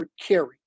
carry